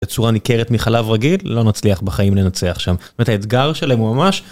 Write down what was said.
בצורה ניכרת מחלב רגיל לא נצליח בחיים לנצח שם, האתגר שלהם הוא ממש.